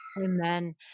Amen